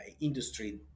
industry